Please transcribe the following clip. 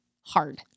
hard